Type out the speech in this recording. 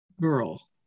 girl